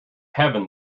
heaven